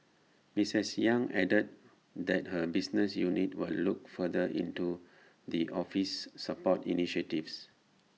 misses yang added that her business unit will look further into the office's support initiatives